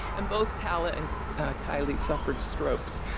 and both calla and kylee suffered strokes